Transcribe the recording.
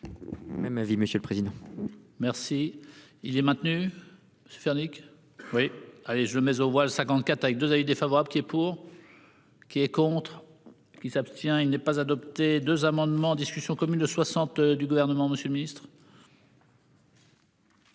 Même avis monsieur le président. Merci. Il est maintenu. Se faire Nick oui ah les je mais au voile 54 avec 2 avis défavorable qui est pour. Qui est contre qui s'abstient. Il n'est pas adopté 2 amendements en discussion commune de 60 du gouvernement, Monsieur le Ministre.--